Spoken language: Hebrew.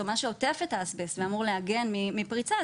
או מה שעוטף את האסבסט ואמור להגן מפריצה,